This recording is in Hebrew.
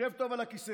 שב טוב על הכיסא.